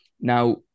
Now